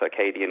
circadian